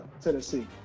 Tennessee